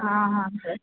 हाँ हाँ सर